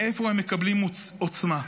מאיפה הם מקבלים עוצמה?